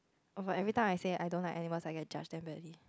oh but everytime I said I don't like animals I get judged damn badly